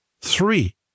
Three